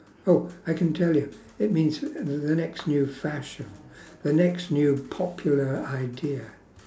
oh I can tell you it means the the next new fashion the next new popular idea